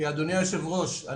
אדוני היו"ר,